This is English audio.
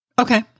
Okay